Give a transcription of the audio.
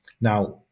Now